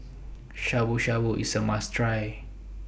Shabu Shabu IS A must Try